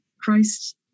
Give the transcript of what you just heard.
Christ